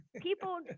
People